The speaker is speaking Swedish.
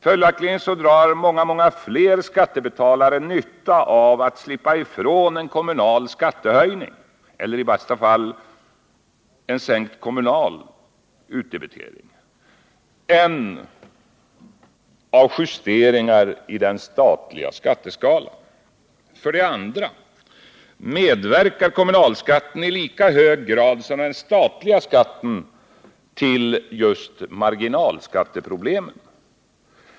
Följaktligen drar många, många fler skattebetalare mer nytta av att slippa ifrån en kommunal skattehöjning — eller i bästa fall en sänkt kommunal utdebitering — än av justeringar i den statliga skatteskalan. För det andra medverkar kommunalskatten i lika hög grad som den statliga skatten till just marginalskatteproblemen.